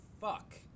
fuck